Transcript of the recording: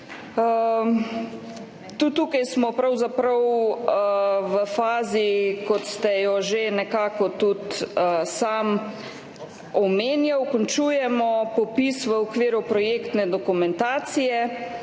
pravzaprav v fazi, kot ste jo že nekako tudi sam omenjali, končujemo popis v okviru projektne dokumentacije.